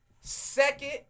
Second